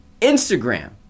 Instagram